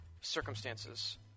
circumstances